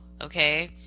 okay